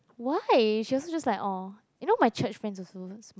why she also just like orh you know my church friends also smoke